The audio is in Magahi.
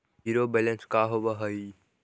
जिरो बैलेंस का होव हइ?